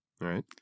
Right